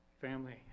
family